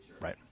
Right